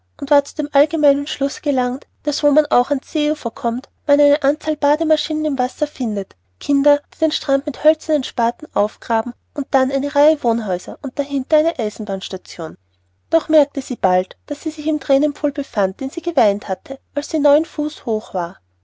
und war zu dem allgemeinen schluß gelangt daß wo man auch an's seeufer kommt man eine anzahl bademaschinen im wasser findet kinder die den sand mit hölzernen spaten aufgraben dann eine reihe wohnhäuser und dahinter eine eisenbahn station doch merkte sie bald daß sie sich in dem thränenpfuhl befand den sie geweint hatte als sie neun fuß hoch war